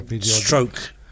stroke